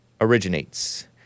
originates